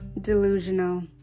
Delusional